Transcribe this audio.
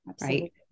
right